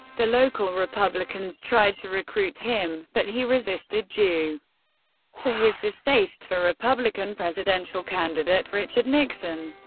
the local republicans tried to recruit him, but he resisted due to his distaste for republican presidential candidate richard nixon,